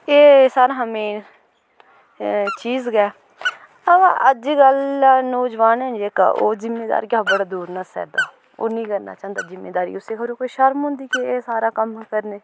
ते एह् सारें शा मेन चीज़ गै अवा अज्जकल नौजवान न जेह्का ओह् जिमींदारी तो बड़ा दूर नस्सा दा ओह् नी करना चांह्दा जिमींदारी उसी खबरै कोई शर्म औंदी के एह् सारा कम्म करने